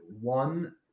one